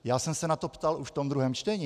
Já jsem se na to ptal už v tom druhém čtení.